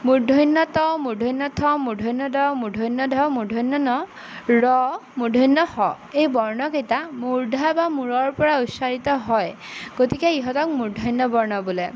মূৰ্ধন্য ট মূৰ্ধন্য ঠ মৰ্ধন্য ড মৰ্ধন্য ঢ মৰ্ধন্য ণ ৰ মূৰ্ধন্য ষ এই বৰ্ণকেইটা মুৰ্ধা বা মূৰৰ পৰা উচ্চাৰিত হয় গতিকে ইহঁতক মূৰ্ধন্য বৰ্ণ বোলে